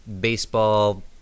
baseball